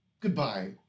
goodbye